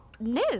No